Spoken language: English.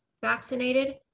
vaccinated